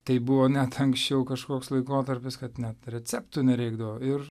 tai buvo net anksčiau kažkoks laikotarpis kad net receptų nereikdavo ir